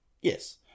Yes